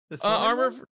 armor